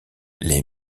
les